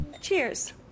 Cheers